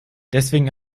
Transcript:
deswegen